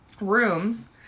rooms